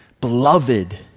Beloved